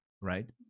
right